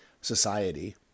society